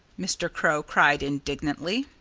mr. crow cried indignantly.